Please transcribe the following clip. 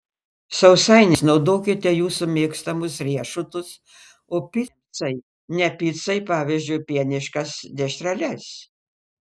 sausainiams naudokite jūsų mėgstamus riešutus o picai ne picai pavyzdžiui pieniškas dešreles